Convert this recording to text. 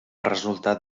resultat